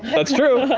that's true.